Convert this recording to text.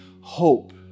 hope